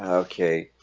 ah okay,